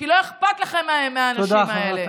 כי לא אכפת לכם מהאנשים האלה.